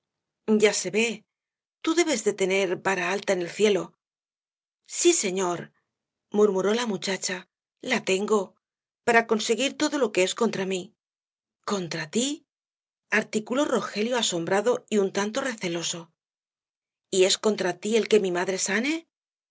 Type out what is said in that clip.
ya se ve tú debes de tener vara alta en el cielo sí señor murmuró la muchacha la tengo para conseguir todo lo que es contra mí contra ti articuló rogelio asombrado y un tanto receloso y es contra ti el que mi madre sane